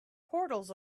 portals